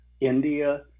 India